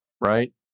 right